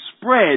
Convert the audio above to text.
spread